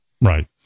Right